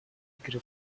игры